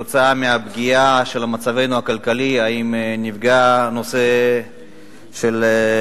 והאם כתוצאה מהפגיעה של מצבנו הכלכלי נפגע הנושא החברתי.